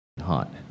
hot